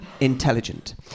intelligent